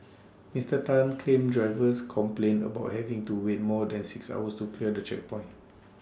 Mister Tan claimed drivers complained about having to wait more than six hours to clear the checkpoint